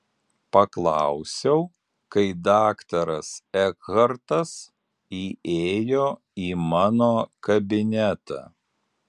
paklausiau kai daktaras ekhartas įėjo į mano kabinetą